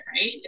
right